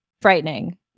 frightening